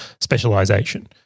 specialization